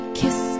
kiss